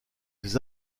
ces